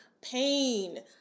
pain